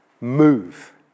move